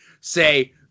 say